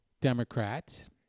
Democrats